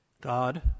God